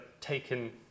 taken